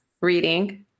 reading